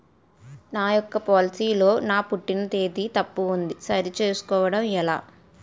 నా యెక్క పోలసీ లో నా పుట్టిన తేదీ తప్పు ఉంది సరి చేసుకోవడం ఎలా?